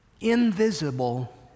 Invisible